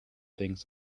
things